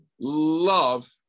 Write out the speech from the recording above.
love